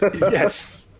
Yes